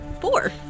Four